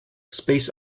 space